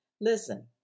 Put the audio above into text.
Listen